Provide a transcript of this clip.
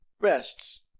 rests